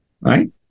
right